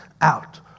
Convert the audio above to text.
out